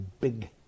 big